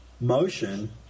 motion